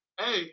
Hey